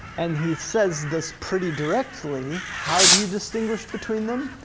and he says this pretty directly, how do you distinguish between them?